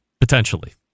Potentially